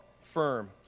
firm